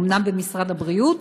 אומנם במשרד הבריאות,